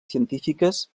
científiques